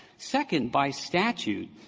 second, by statute,